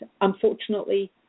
unfortunately